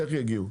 איך יגיעו?